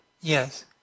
Yes